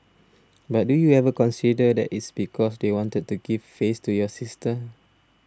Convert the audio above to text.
but do you ever consider that it's because they wanted to give face to your sister